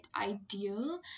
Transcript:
ideal